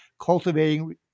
Cultivating